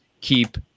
keep